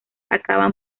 acaban